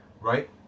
Right